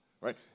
right